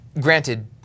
granted